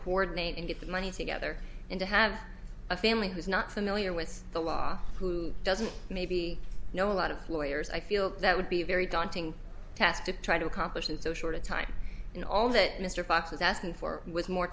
coordinate and get the money together and to have a family who's not familiar with the law who doesn't maybe you know a lot of lawyers i feel that would be a very daunting task to try to accomplish in so short a time and all that mr fox is asking for with more